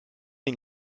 den